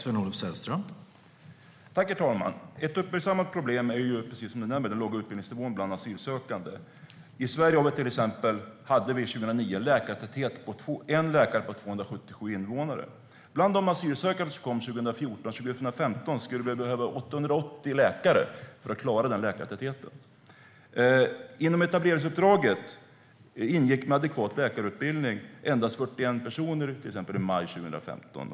Herr talman! Ett uppmärksammat problem är, precis som utbildningsministern nämner, den låga utbildningsnivån bland asylsökande. I Sverige hade vi 2009 en läkartäthet på en läkare på 277 invånare. Bland de asylsökande som kom 2014 och 2015 skulle vi behöva 880 läkare för att kunna hålla den läkartätheten. I etableringsuppdraget i maj 2015 ingick endast 41 personer med adekvat läkarutbildning till exempel.